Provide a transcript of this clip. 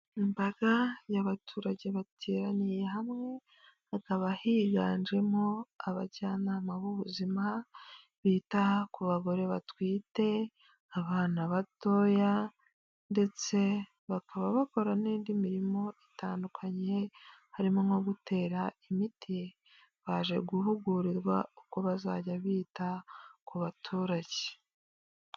imbaga y'abaturage bateraniye hamwe, hakaba higanjemo abajyanama b'ubuzima, bita ku bagore batwite, abana batoya ndetse bakaba bakora n'indi mirimo itandukanye, harimo nko gutera imiti, baje guhugurirwa uko bazajya bita ku baturage.